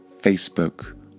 Facebook